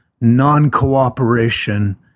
non-cooperation